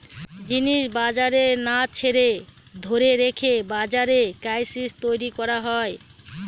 জিনিস বাজারে না ছেড়ে ধরে রেখে বাজারে ক্রাইসিস তৈরী করা হয়